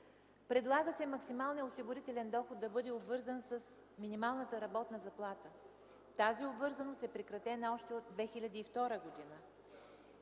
Предлага се максималният осигурителен доход да бъде обвързан с минималната работна заплата. Тази обвързаност е прекратена още от 2002 г.